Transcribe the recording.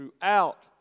throughout